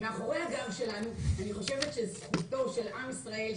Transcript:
מאחורי הגב שלנו אני חושבת שזכותם של עם ישראל,